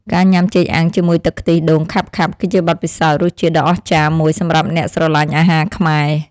ការញ៉ាំចេកអាំងជាមួយទឹកខ្ទិះដូងខាប់ៗគឺជាបទពិសោធន៍រសជាតិដ៏អស្ចារ្យមួយសម្រាប់អ្នកស្រឡាញ់អាហារខ្មែរ។